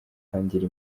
kwihangira